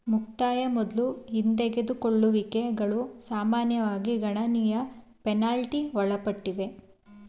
ಮುಕ್ತಾಯ ಮೊದ್ಲು ಹಿಂದೆಗೆದುಕೊಳ್ಳುವಿಕೆಗಳು ಸಾಮಾನ್ಯವಾಗಿ ಗಣನೀಯ ಪೆನಾಲ್ಟಿ ಒಳಪಟ್ಟಿವೆ